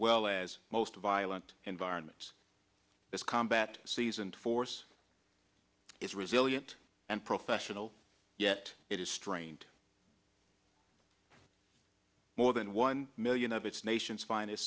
well as most violent environments this combat seasoned force is resilient and professional yet it is strained more than one million of its nation's fin